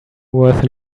worth